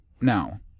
Now